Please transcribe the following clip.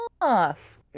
off